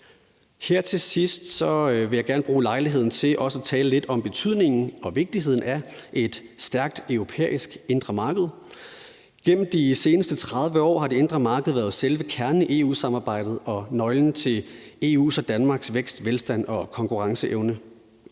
Her til sidst vil jeg gerne bruge lejligheden til også at tale lidt om betydningen og vigtigheden af et stærkt europæisk indre marked. Gennem de seneste 30 år har det indre marked været selve kernen i EU-samarbejdet og nøglen til EU's og Danmarks vækst, velstand og konkurrenceevne.